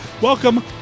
Welcome